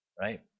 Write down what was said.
right